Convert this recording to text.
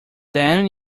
then